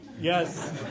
Yes